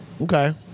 Okay